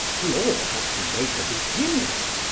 we all have to make a beginning.